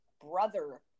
brother